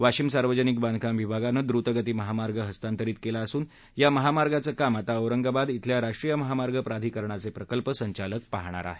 वाशिम सार्वजनिक बांधकाम विभागानं द्रतगती महामार्ग हस्तांतरित केला असून या महामार्गाचं काम आता औरंगाबाद इथल्या राष्ट्रीय महामार्ग प्राधिकरणाचे प्रकल्प संचालक पाहणार आहेत